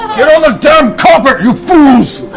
get on the damn carpet, you fools!